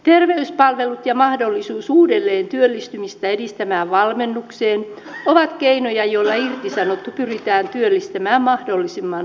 terveyspalvelut ja mahdollisuus uudelleen työllistymistä edistävään valmennukseen ovat keinoja joilla irtisanottu pyritään työllistämään mahdollisimman nopeasti